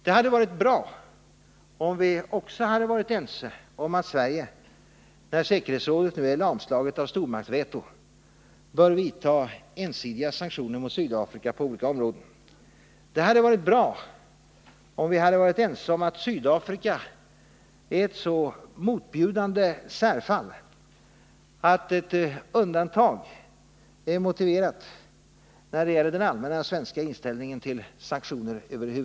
Det hade varit bra om vi också hade varit ense om att Sverige — när säkerhetsrådet nu är lamslaget av stormaktsveto — bör vidta ensidiga sanktioner mot Sydafrika på olika områden. Det hade varit bra om vi hade varit ense om att Sydafrika är ett så motbjudande särfall att ett undantag är motiverat när det gäller den allmänna svenska inställningen till sanktioner.